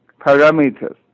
parameters